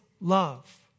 love